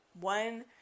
one